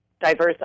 diverse